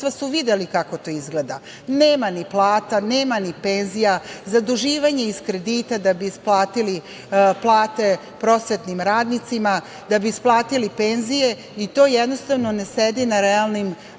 su videli kako to izgleda – nema ni plata, nema ni penzija, zaduživanje iz kredita da bi isplatili plate prosvetnim radnicima, da bi isplatili penzije. To jednostavno ne sedi na realnim